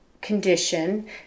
condition